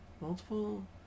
Multiple